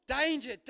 danger